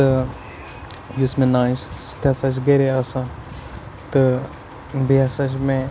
تہٕ یُس مےٚ نان چھِ سۅ تہِ ہسا چھِ گرے آسان تہٕ بیٚیہِ ہسا چھِ مےٚ